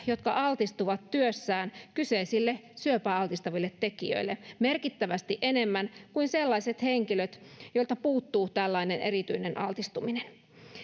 jotka altistuvat työssään kyseisille syöpää altistaville tekijöille merkittävästi enemmän kuin sellaiset henkilöt joilta puuttuu tällainen erityinen altistuminen